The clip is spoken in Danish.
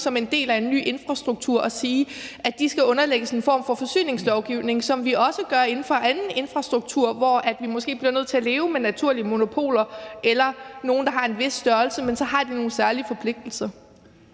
som en del af en ny infrastruktur og sige, at de skal underlægges en form for forsyningslovgivning, som vi også gør inden for anden infrastruktur, hvor vi måske bliver nødt til at leve med naturlige monopoler eller nogle, der har en vis størrelse. Men så har de nogle særlige forpligtelser.